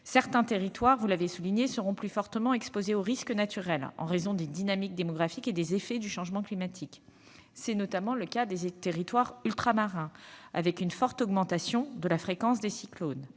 Certains territoires, cela a été souligné, seront plus fortement exposés aux risques naturels en raison des dynamiques démographiques et des effets du changement climatique. C'est notamment le cas des territoires ultramarins, avec une forte augmentation de la fréquence des cyclones.